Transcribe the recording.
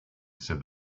said